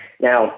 Now